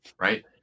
Right